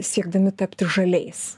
siekdami tapti žaliais